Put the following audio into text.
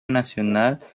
nacional